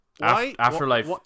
Afterlife